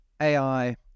AI